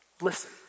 listen